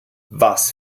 was